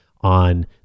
on